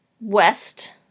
west